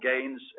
gains